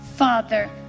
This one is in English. Father